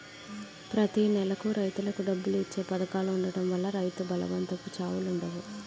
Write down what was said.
ప్రతి నెలకు రైతులకు డబ్బులు ఇచ్చే పధకాలు ఉండడం వల్ల రైతు బలవంతపు చావులుండవు